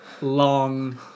Long